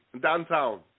downtown